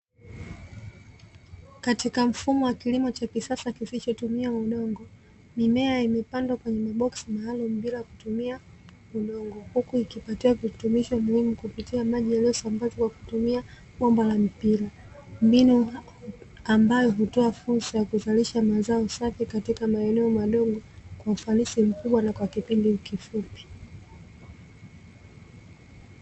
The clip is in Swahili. Katika mfumo wa kilimo cha kisasa kisichotumia udongo, mimea imepandwa kwenye maboksi maalumu bila kutumia udongo. Huku ikipatiwa virutubisho muhimu kupitia maji yaliyosambazwa kwa kutumia bomba la mpira. Mbinu ambayo hutoa fursa ya kuzalisha mazao safi katika maeneo madogo kwa ufanisi mkubwa na kwa kipindi kifupi.